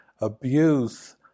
Abuse